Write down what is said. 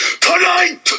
tonight